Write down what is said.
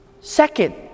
Second